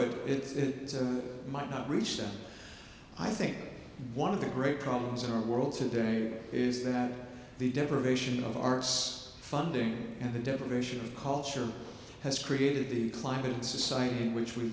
it it might not reach then i think one of the great problems in our world today is that the deprivation of arts funding and the deprivation of culture has created the climate and society in which we